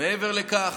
מעבר לכך,